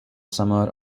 summer